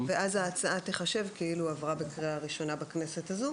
--- ואז ההצעה תיחשב כאילו עברה בקריאה ראשונה בכנסת הזו.